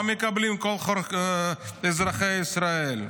מה מקבלים כל אזרחי ישראל?